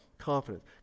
confidence